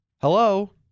hello